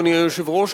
אדוני היושב-ראש,